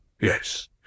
Yes